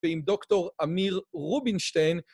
ועם דוקטור עמיר רובינשטיין.